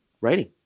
writing